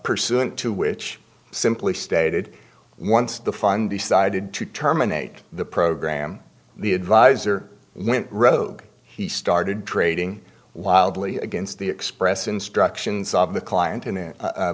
pursuant to which simply stated once the fund decided to terminate the program the advisor went rogue he started trading wildly against the express instructions of the client in